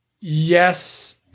Yes